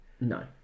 No